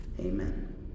Amen